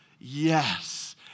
yes